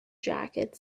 jacket